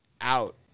out